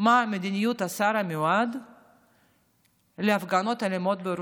מה מדיניות השר המיועד להפגנות אלימות בירושלים,